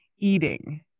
eating